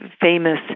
famous